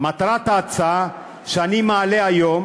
מטרת ההצעה שאני מעלה היום